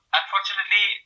unfortunately